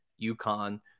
UConn